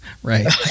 Right